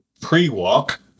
pre-walk